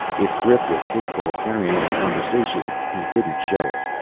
if grif was capable of carrying on a conversation, he didn't show it.